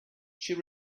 she